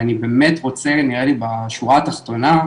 ואני באמת רוצה נראה לי בשורה התחתונה,